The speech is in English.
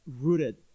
rooted